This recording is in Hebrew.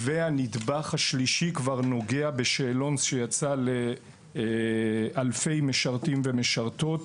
הנדבך השלישי כבר נוגע בשאלון שיצא לאלפי משרתים ומשרתות.